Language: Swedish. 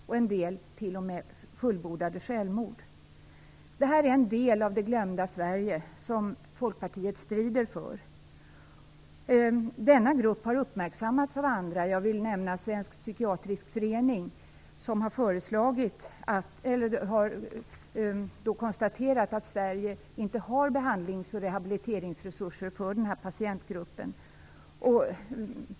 En del har t.o.m. begått fullbordade självmord. Detta är en del av det glömda Sverige som Folkpartiet strider för. Denna grupp har uppmärksammats av andra. Jag vill särskilt nämna Svensk psykiatrisk förening, som har konstaterat att Sverige inte har behandlings och rehabiliteringsresurser för denna patientgrupp.